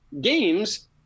games